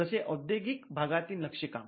जसे औद्योगिक भागातील नक्षीकाम